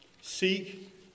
Seek